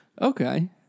Okay